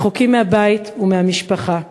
רחוקים מהבית ומהמשפחה.